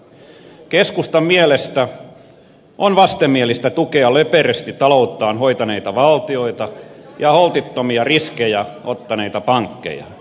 keskustan mielestä on vastenmielistä tukea löperösti talouttaan hoitaneita valtioita ja holtittomia riskejä ottaneita pankkeja